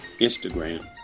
Instagram